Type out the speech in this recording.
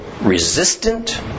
resistant